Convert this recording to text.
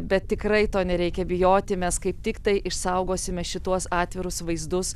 bet tikrai to nereikia bijoti mes kaip tiktai išsaugosime šituos atvirus vaizdus